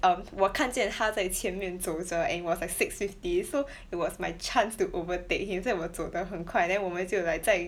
um 我看见他在前面走着 and it was like six fifty so it was my chance to overtake him 在我走得很快 then 我们就 like 在